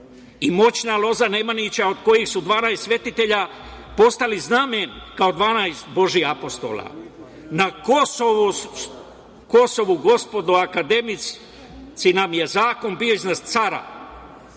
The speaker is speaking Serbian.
i moćna loza Nemanjića, od kojih su 12 svetitelja postali znamen kao 12 Božijih apostola. Na Kosovu, gospodo akademici, nam je zakon bio iznad.